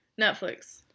Netflix